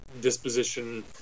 disposition